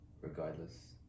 regardless